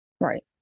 Right